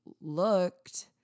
looked